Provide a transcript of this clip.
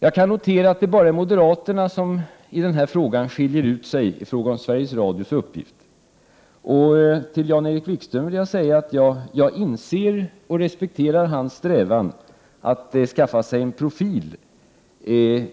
Jag noterar att det bara är moderaterna som i den här frågan skiljer ut sig i fråga om Sveriges Radios uppgift. Till Jan-Erik Wikström vill jag säga att jag inser och respekterar hans strävan att skaffa sig en profil.